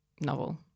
novel